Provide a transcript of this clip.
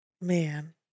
Man